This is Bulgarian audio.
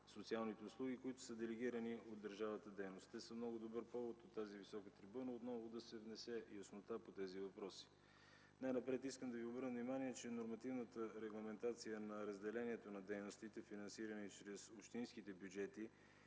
социалните услуги, които са делегирани от държавата дейности. Те са много добър повод от тази висока трибуна отново да се внесе яснота по тези въпроси. Най-напред искам да Ви обърна внимание, че нормативната регламентация на разделението на дейностите, финансирани чрез общинските бюджети,